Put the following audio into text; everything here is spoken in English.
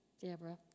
Deborah